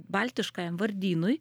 baltiškajam vardynui